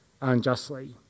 unjustly